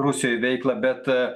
rusijoj veiklą bet